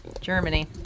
Germany